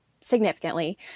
significantly